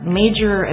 major